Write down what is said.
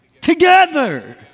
together